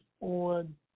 on